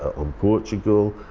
on portugal.